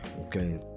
Okay